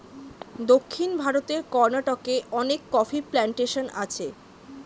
দক্ষিণ ভারতের কর্ণাটকে অনেক কফি প্ল্যান্টেশন আছে